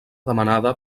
demanada